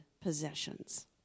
possessions